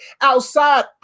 outside